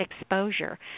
exposure